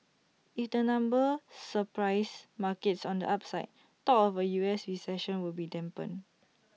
if the numbers surprise markets on the upside talk of A U S recession will be dampened